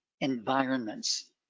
environments